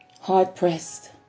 hard-pressed